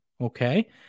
Okay